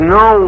no